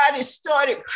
started